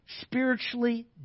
spiritually